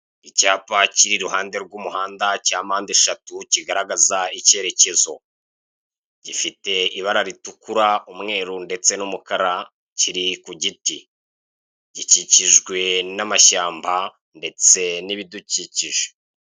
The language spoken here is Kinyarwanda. Icyapa kiri iruhande rw'umuganda cya mpande eshatu kigaragaza ikerekezo gifite ibara ritukura, umweru ndetse n'umukara kiri ku giti gikikijwe n'amashyamab ndetse n'ibidukikije.